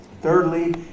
Thirdly